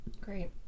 Great